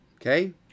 Okay